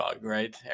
right